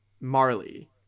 Marley